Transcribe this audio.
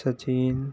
Sachin